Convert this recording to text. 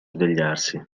svegliarsi